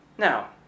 Now